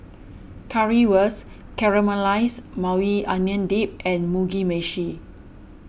Currywurst Caramelized Maui Onion Dip and Mugi Meshi